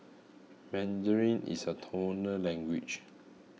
Mandarin is a tonal language